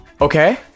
Okay